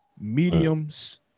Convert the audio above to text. mediums